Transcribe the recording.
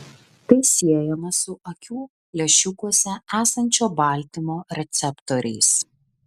tai siejama su akių lęšiukuose esančio baltymo receptoriais